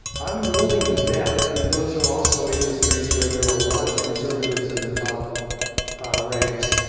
i'm willing to bet that those are also industries where there are a lot of conservatives in the top ranks.